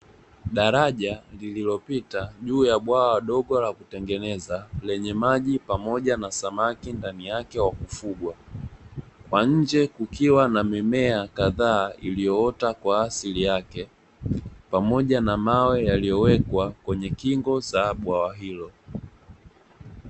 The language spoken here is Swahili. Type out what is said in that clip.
Daraja lililopita juu ya bwawa dogo la kutengeneza, lenye maji pamoja na samaki ndani yake wakufugwa, kwa nje kukiwa na mimea kadhaa iliyoota kwa asili yake pamoja na mawe yaliyowekwa kwenye kingo za bwawa hilo.